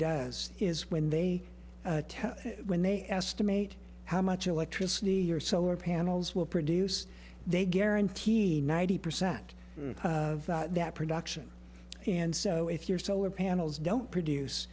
does is when they when they estimate how much electricity your solar panels will produce they guarantee ninety percent of that production and so if your solar panels don't produce